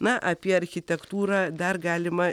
na apie architektūrą dar galima